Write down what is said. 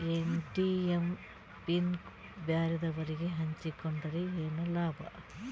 ATM PIN ಬ್ಯಾರೆದವರಗೆ ಹಂಚಿಕೊಂಡರೆ ಏನು ಲಾಭ?